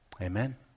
Amen